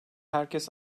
herkes